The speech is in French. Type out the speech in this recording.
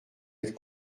être